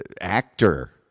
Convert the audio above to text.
actor